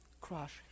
Crush